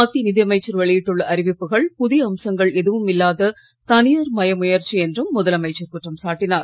மத்திய நிதி அமைச்சர் வெளியிட்டுள்ள அறிவிப்புகள் புதிய அம்சங்கள் எதுவும் இல்லாத தனியார்மய முயற்சி என்றும் முதலமைச்சர் குற்றம் சாட்டினார்